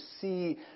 see